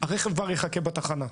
הרכב כבר יחכה בתחנה.